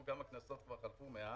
תראו כמה כנסות חלפו מאז,